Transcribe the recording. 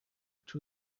which